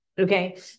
Okay